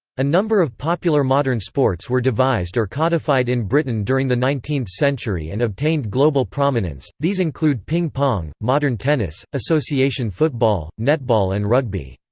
a number of popular modern sports were devised or codified in britain during the nineteenth century and obtained global prominence these include ping pong, modern tennis, association football, netball and rugby.